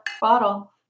bottle